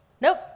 Nope